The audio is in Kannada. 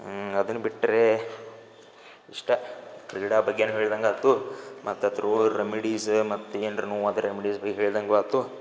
ಹ್ಞೂ ಅದನ್ನು ಬಿಟ್ಟರೆ ಇಷ್ಟೇ ಕ್ರೀಡೆ ಬಗ್ಗೆಯೂ ಹೇಳ್ದಂಗೆ ಆಯ್ತು ಮತ್ತು ರೆಮಿಡೀಸ ಮತ್ತು ಏನಾರ ನೋವು ಆದ್ರೆ ರೆಮಿಡೀಸ್ ಭಿ ಹೇಳಿದಂಗೂ ಆಯ್ತು